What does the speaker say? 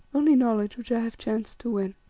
only knowledge which i have chanced to win.